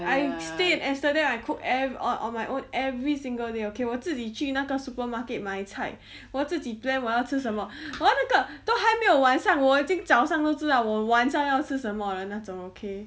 I stay in amsterdam I cook ev~ on on my own every single day okay 我自己去那个 supermarket 买菜我自己 plan 我要吃什么和那个都还没有晚上我已经早上都知道我晚上要吃什么了那种 okay